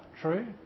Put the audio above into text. true